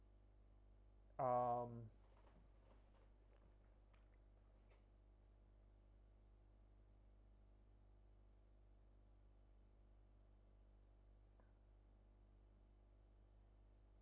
um